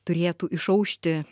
turėtų išaušti